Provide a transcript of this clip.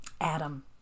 Adam